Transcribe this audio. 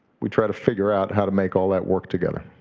we try to figure out how to make all that work together.